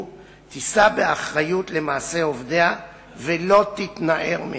תישא באחריות למעשי עובדיה ולא תתנער מהם.